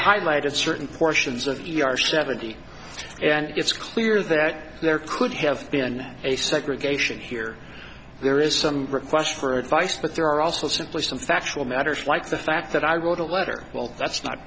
highlighted certain portions of the our seventy and it's clear that there could have been a segregation here there is some requests for advice but there are also simply some factual matters like the fact that i wrote a letter well that's not